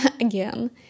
Again